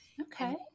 Okay